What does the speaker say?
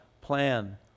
plan